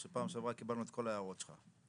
שפעם שעברה קיבלנו את כל ההערות שלך.